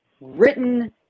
written